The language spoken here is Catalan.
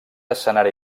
escenari